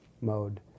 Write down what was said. mode